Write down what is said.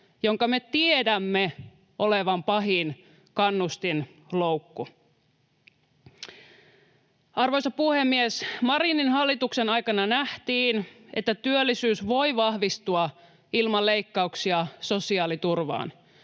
jonka me tiedämme olevan pahin kannustinloukku. Arvoisa puhemies! Marinin hallituksen aikana nähtiin, että työllisyys voi vahvistua ilman leikkauksia sosiaaliturvaan.